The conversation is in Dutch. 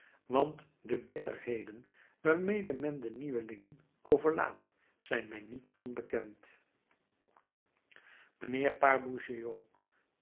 want de bitterheden waarmede men de nieuwelingen overlaadt zijn mij niet onbekend mijnheer